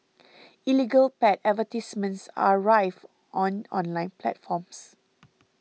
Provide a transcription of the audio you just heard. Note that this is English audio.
illegal pet advertisements are rife on online platforms